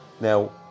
Now